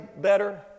better